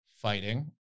fighting